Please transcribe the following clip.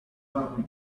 looked